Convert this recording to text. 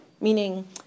meaning